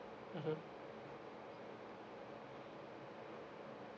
mmhmm